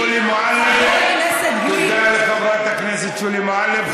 חבר הכנסת גליק, תודה לחברת הכנסת שולי מועלם.